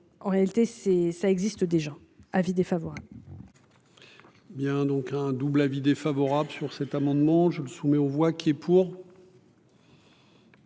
en réalité c'est ça existe des gens avis défavorable. Bien, donc un double avis défavorable sur cet amendement je me soumets on voit qui est pour.